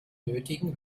benötigen